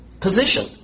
position